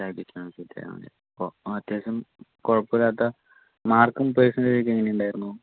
കാലിക്കറ്റ് ആ അപ്പോൾ അത്യാവശ്യം കുഴപ്പമില്ലാത്ത മാർക്കും പെർസെൻ്റെജൊക്കെ എങ്ങനെയുണ്ടായിരുന്നു